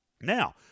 Now